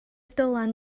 dylan